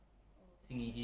oh